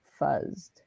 fuzzed